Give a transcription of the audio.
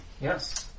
Yes